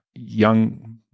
Young